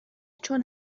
چون